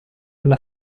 alla